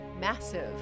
massive